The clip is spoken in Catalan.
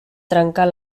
trencar